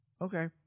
Okay